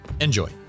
Enjoy